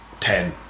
ten